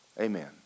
Amen